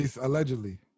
Allegedly